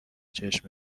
چشم